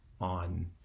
on